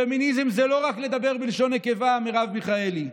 פמיניזם זה לא רק לדבר בלשון נקבה, מרב מיכאלי.